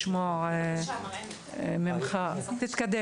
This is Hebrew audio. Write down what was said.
נשמח לשמוע ממך על האתגרים